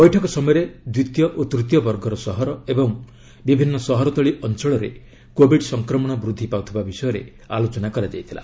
ବୈଠକ ସମୟରେ ଦ୍ୱିତୀୟ ଓ ତୂତୀୟ ବର୍ଗର ସହର ଏବଂ ବିଭିନ୍ନ ସହରତଳୀ ଅଞ୍ଚଳରେ କୋବିଡ୍ ସଂକ୍ରମଣ ବୃଦ୍ଧି ପାଉଥିବା ବିଷୟରେ ଆଲୋଚନା କରାଯାଇଥିଲା